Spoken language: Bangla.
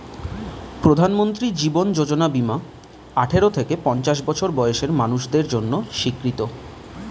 প্রধানমন্ত্রী জীবন যোজনা বীমা আঠারো থেকে পঞ্চাশ বছর বয়সের মানুষদের জন্য স্বীকৃত